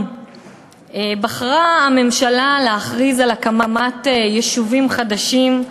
בחרה הממשלה להכריז על הקמת יישובים חדשים,